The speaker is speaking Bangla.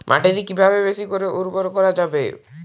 মাটি কিভাবে বেশী করে উর্বর করা যাবে?